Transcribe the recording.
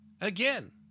again